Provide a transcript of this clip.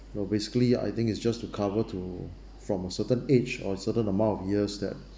no basically I think it's just to cover to from a certain age or a certain amount of years that